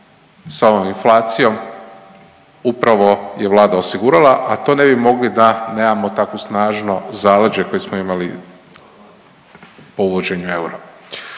sa ovom inflacijom upravo je vlada osigurala, a to ne bi mogli da nemamo tako snažno zaleđe koje smo imali po uvođenju eura.